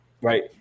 right